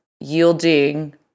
yielding